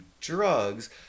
drugs